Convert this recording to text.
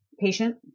patient